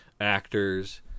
actors